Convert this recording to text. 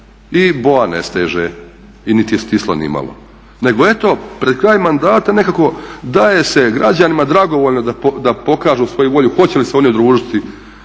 i BOA ne steže niti je stisla ni malo. nego eto pred kraj mandata nekako daje se građanima da dragovoljno pokažu svoju volju hoće li se oni udružiti